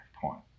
point